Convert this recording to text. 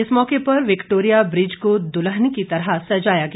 इस मौके पर विक्टोरिया ब्रिज को दुल्हन की तरह सजाया गया